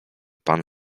pan